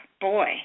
Boy